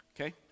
Okay